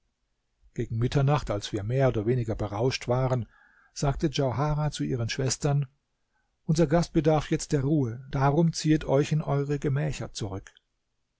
gegen mitternacht als wir mehr oder weniger berauscht waren sagte djauharah zu ihren schwestern unser gast bedarf jetzt der ruhe darum ziehet euch in eure gemächer zurück